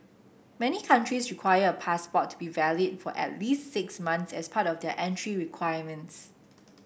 many countries require a passport to be valid for at least six months as part of their entry requirements